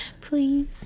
Please